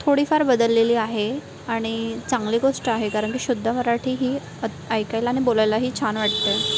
थोडीफार बदललेली आहे आणि चांगली गोष्ट आहे कारण की शुद्ध मराठी ही ऐकायला नी बोलायलाही छान वाटते